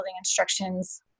instructions